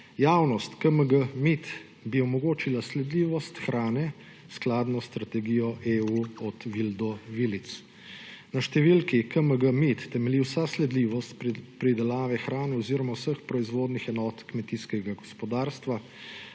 Javnost KMG-MID bi omogočila sledljivost hrane skladno s strategijo EU, od vil do vilic. Na številki KMG-MID temelji vsa sledljivost pridelave hrane oziroma vseh proizvodnih enot kmetijskega gospodarstva,